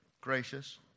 gracious